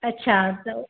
अच्छा त